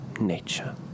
nature